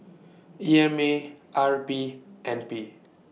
E M A R P N P